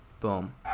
boom